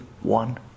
one